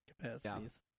capacities